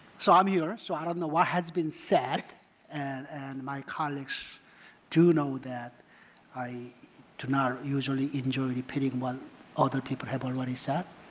so i'm here. so i don't know what has been said and my colleagues do know that i do not usually enjoe repeating what other people have already said.